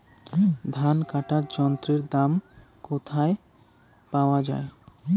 ধান কাটার যন্ত্রের দাম কোথায় পাওয়া যায়?